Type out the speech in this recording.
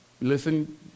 listen